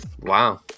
Wow